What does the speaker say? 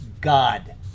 God